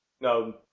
No